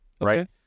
right